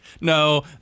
No